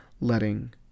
letting